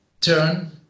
turn